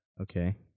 Okay